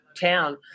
town